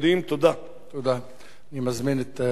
אני מזמין את שר המשפטים להשיב בשם הממשלה.